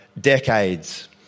decades